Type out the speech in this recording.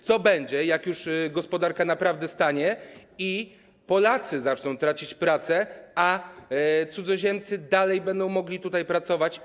Co będzie, jak już gospodarka naprawdę stanie i Polacy zaczną tracić pracę, a cudzoziemcy dalej będą mogli tutaj pracować?